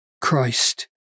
Christ